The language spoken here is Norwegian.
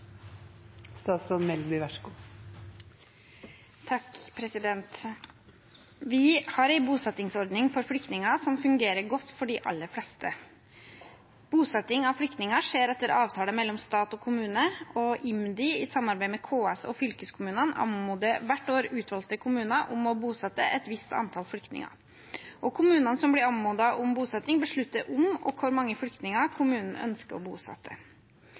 Vi har en bosettingsordning for flyktninger som fungerer godt for de aller fleste. Bosetting av flyktninger skjer etter avtale mellom stat og kommune, og IMDi, i samarbeid med KS og fylkeskommunene, anmoder hvert år utvalgte kommuner om å bosette et visst antall flyktninger. Kommunene som blir anmodet om bosetting, beslutter om og hvor mange flyktninger kommunen ønsker å bosette.